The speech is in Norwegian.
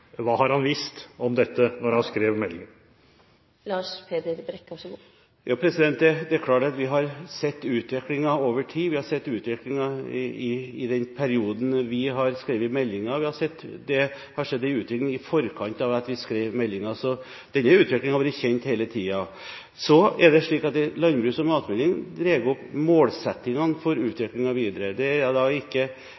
Hva har han visst om dette da han skrev meldingen? Det er klart at vi har sett utviklingen over tid. Vi har sett utviklingen i den perioden vi skrev meldingen, og vi har sett at det hadde skjedd en utvikling i forkant av meldingen. Så denne utviklingen har vært kjent hele tiden. Så er det slik at en landbruks- og matmelding drar opp målsettingene for